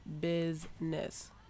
business